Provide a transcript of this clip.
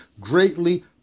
greatly